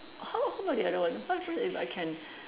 how how about the other one what happens if I can